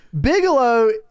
Bigelow